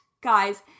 guys